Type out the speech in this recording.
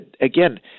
Again